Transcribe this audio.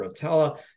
Rotella